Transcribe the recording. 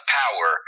power